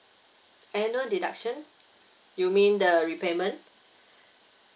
annual deduction you mean the repayment